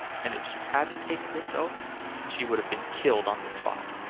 and if she hadn't taken this oath she would have been killed on the spot.